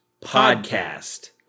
podcast